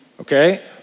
Okay